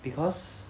because